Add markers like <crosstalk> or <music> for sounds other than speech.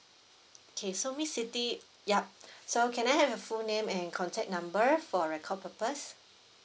okay so miss city yup <breath> so can I have your full name and contact number for record purpose